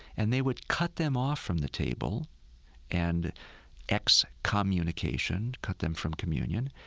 and they would cut them off from the table and excommunication, cut them from communion.